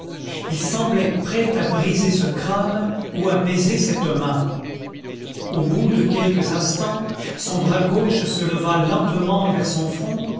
il semblait prêt à briser ce crâne ou à baiser cette main au bout de quelques instants son bras gauche se leva lentement vers son front